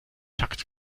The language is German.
takt